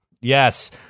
Yes